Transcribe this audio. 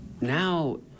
Now